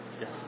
Yes